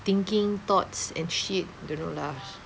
thinking thoughts and shit don't know lah